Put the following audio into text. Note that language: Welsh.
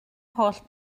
holl